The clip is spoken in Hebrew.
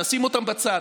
נשים אותם בצד.